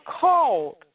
called